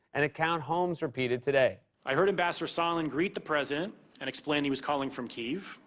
an account holmes repeated today. i heard ambassador sondland greet the president and explain he was calling from kiev.